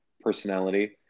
personality